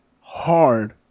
hard